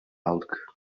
aldık